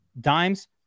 Dimes